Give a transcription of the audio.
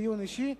דיון אישי.